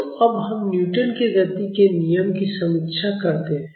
तो अब हम न्यूटन के गति के नियम की समीक्षा करते हैं